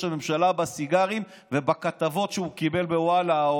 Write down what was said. הממשלה בסיגרים ובכתבות האוהדות שהוא קיבל בוואלה.